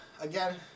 again